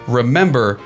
remember